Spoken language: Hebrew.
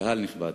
קהל נכבד,